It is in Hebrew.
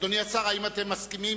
אדוני השר, האם אתם מסכימים?